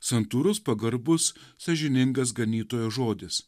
santūrus pagarbus sąžiningas ganytojo žodis